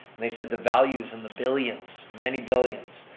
they said the values in the billions, many billions.